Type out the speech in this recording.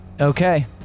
Okay